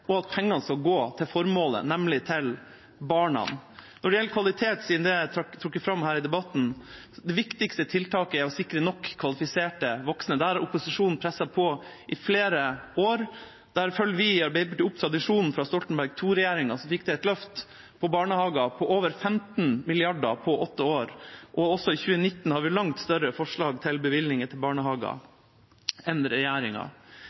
og at pengene skal gå til formålet, nemlig barna. Når det gjelder kvalitet, siden det er trukket fram i debatten, er det viktigste tiltaket nok kvalifiserte voksne. Der har opposisjonen presset på i flere år. Der følger vi i Arbeiderpartiet opp tradisjonen til Stoltenberg II-regjeringa, som fikk til et løft for barnehagene på over 15 mrd. kr på åtte år. Også i 2019 har vi langt større forslag til bevilgninger til barnehager enn regjeringa.